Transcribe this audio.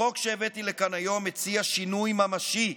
החוק שהבאתי לכאן היום מציע שינוי ממשי.